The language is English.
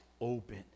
open